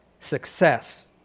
Success